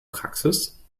praxis